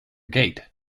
gate